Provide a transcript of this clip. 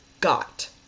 got